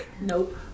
Nope